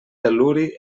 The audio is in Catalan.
tel·luri